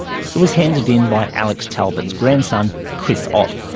it was handed in by alex talbot's grandson, chris ott,